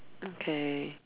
okay